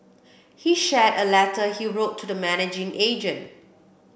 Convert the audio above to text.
he shared a letter he wrote to the managing agent